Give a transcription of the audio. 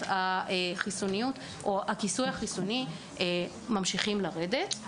החיסוניות או הכיסוי החיסוני ממשיכים לרדת.